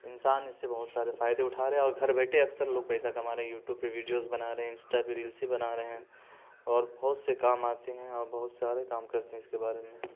انسان اس سے بہت سارے فائدے اٹھا رہے اور گھر بیٹھے اکثر لوگ پیسہ کما رہے ہیں یوٹوب پہ ویڈیوز بنا رے ہیں انسٹا پہ ریلس ہی بنا رہے ہیں اور بہت سے کام آتے ہیں اور بہت سارے کام کرتے ہیں اس کے بارے میں